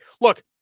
look